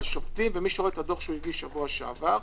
שופטים ומי שרואה את הדוח שהגיש שבוע שעבר,